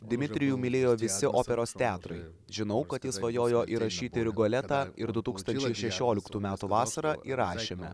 dmitrijų mylėjo visi operos teatrai žinau kad jis svajojo įrašyti rigoletą ir du tūkstančiai šešioliktų metų vasarą įrašėme